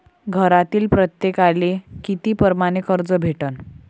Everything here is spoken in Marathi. घरातील प्रत्येकाले किती परमाने कर्ज भेटन?